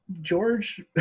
George